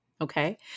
okay